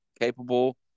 capable